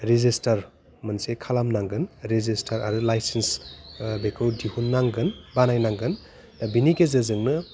registrar मोनसे खालामनांगोन registrar आरो लाइसेन्स बेखौ दिहुननांगोन बानायनांगोन दा बेनि गेजेरजोंनो